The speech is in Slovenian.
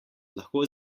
lahko